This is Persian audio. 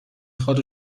خواد